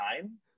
time